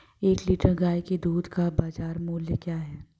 एक लीटर गाय के दूध का बाज़ार मूल्य क्या है?